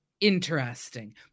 interesting